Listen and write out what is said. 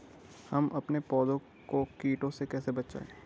हम अपने पौधों को कीटों से कैसे बचाएं?